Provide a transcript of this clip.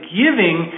giving